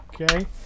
Okay